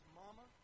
mama